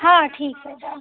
हँ ठीक अइ तऽ